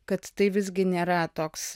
kad tai visgi nėra toks